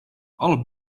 alle